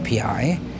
API